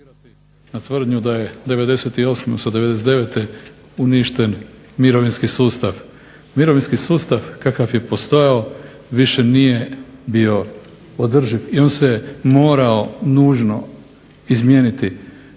ne razumije./… '99. uništen mirovinski sustav. Mirovinski sustav kakav je postojao više nije bio održiv, i on se morao nužno izmijeniti.